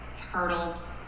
hurdles